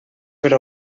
per